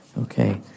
Okay